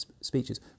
speeches